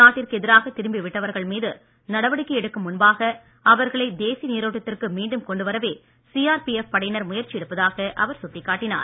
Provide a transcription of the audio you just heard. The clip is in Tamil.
நாட்டிற்கு எதிராக திரும்பி விட்டவர்கள் மீது நடவடிக்கை எடுக்கும் முன்பாக அவர்களை தேசிய நீரோட்டத்திற்கு மீண்டும் கொண்டு வரவே சிஆர்பிஎப் படையினர் முயற்சி எடுப்பதாக அவர் சுட்டிக்காட்டினார்